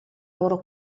loro